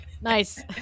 Nice